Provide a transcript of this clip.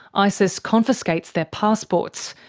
isis confiscates their passports.